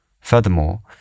Furthermore